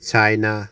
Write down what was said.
China